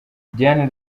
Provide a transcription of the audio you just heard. diane